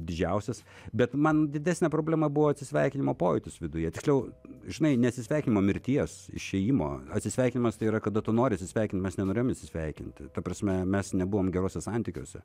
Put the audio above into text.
didžiausias bet man didesnė problema buvo atsisveikinimo pojūtis viduje tiksliau žinai ne atsisveikinimo mirties išėjimo atsisveikinimas tai yra kada tu nori atsisveikint mes nenorėjom atsisveikint ta prasme mes nebuvom geruose santykiuose